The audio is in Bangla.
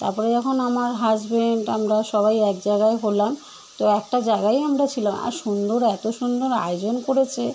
তারপরে যখন আমার হাসবেন্ড আমরা সবাই এক জায়গায় হলাম তো একটা জায়গায়ই আমরা ছিলাম আর সুন্দর এতো সুন্দর আয়োজন করেছে